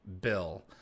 Bill